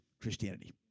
Christianity